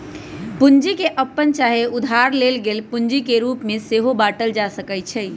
पूंजी के अप्पने चाहे उधार लेल गेल पूंजी के रूप में सेहो बाटल जा सकइ छइ